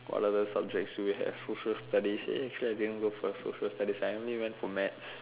what other subjects do you have social studies eh actually I never went for social studies I only went for maths